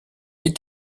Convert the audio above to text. est